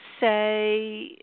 say